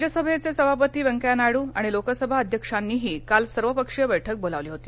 राज्यसभेचे सभापती व्यंकय्या नायडू आणि लोकसभा अध्यक्षांनीही काल सर्वपक्षीय बैठक बोलावली होती